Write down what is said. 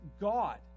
God